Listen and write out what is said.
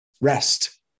rest